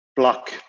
Block